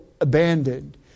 abandoned